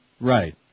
right